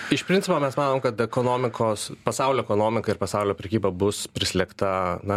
iš principo mes manom kad ekonomikos pasaulio ekonomika ir pasaulio prekyba bus prislėgta na